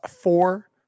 four